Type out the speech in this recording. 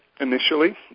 initially